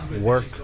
work